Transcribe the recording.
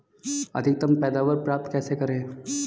अधिकतम पैदावार प्राप्त कैसे करें?